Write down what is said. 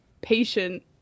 patient